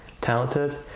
talented